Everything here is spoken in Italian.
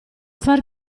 far